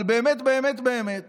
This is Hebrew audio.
אבל באמת באמת באמת